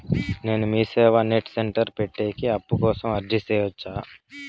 నేను MeeSeva net center పెట్టేకి అప్పు కోసం అర్జీ సేయొచ్చా?